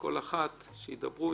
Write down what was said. וכל אחת שידברו,